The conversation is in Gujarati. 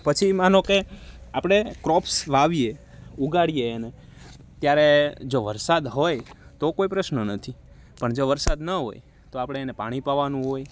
પછી માનો કે આપડે ક્રોપ્સ વાવીએ ઉગાડીએ એને ત્યારે જો વરસાદ હોય તો કોઈ પ્રશ્ન નથી પણ જો વરસાદ ન હોય તો આપડે એને પાણી પાવાનું હોય